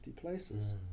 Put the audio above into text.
places